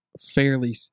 fairly